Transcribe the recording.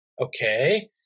Okay